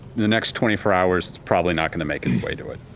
the next twenty four hours, it's probably not going to make it's way to it,